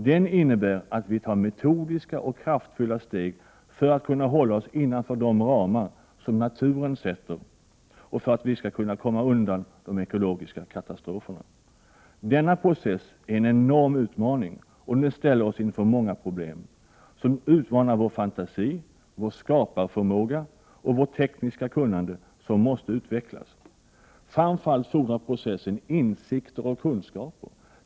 Den innebär att vi tar metodiska och kraftfulla steg för att kunna hålla oss innanför de ramar som naturen sätter och för att vi skall kunna komma undan de ekologiska katastroferna. Denna process är en enorm utmaning, och den ställer oss inför många problem, som utmanar vår fantasi — vår skaparförmåga — och vårt tekniska kunnande, vilka måste utvecklas. Framför allt fordrar processen insikter och kunskaper.